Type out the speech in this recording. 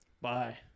Bye